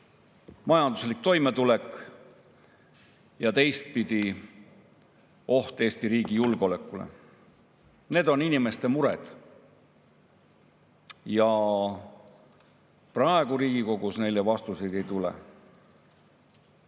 majanduslik toimetulek ja teistpidi oht Eesti riigi julgeolekule. Need on inimeste mured ja praegu Riigikogus neile vastuseid ei tule. On